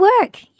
work